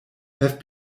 have